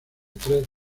tres